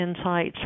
insights